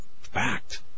fact